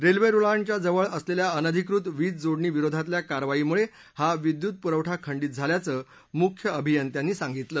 रस्विस्तिळांच्या जवळ असलख्वि अनधिकृत वीज जोडणी विरोधातल्या कारवाईमुळहि विद्युतपुरवठा खंडित झाल्याचं मुख्य अभियंतांनी सांगितलं